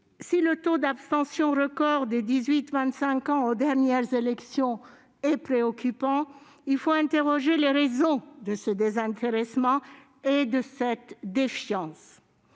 Si le taux d'abstention record des 18-25 ans aux dernières élections est préoccupant, il convient d'interroger les raisons de ce désintéressement et de cette défiance.